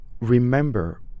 remember